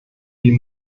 die